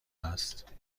است